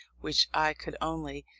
which i could only,